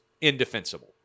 indefensible